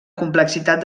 complexitat